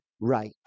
right